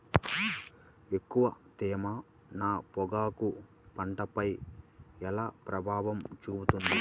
ఎక్కువ తేమ నా పొగాకు పంటపై ఎలా ప్రభావం చూపుతుంది?